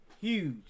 huge